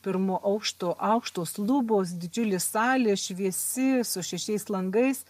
pirmo aukšto aukštos lubos didžiulė salė šviesi su šešiais langais